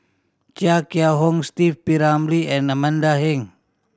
Chia Kiah Hong Steve P Ramlee and Amanda Heng